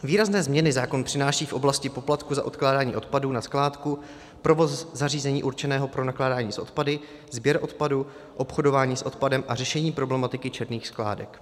Výrazné změny zákon přináší v oblasti poplatku za odkládání odpadů na skládku, provoz zařízení určeného pro nakládání s odpady, sběr odpadu, obchodování s odpadem a řešení problematiky černých skládek.